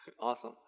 Awesome